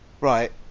Right